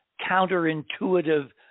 counterintuitive